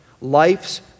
Life's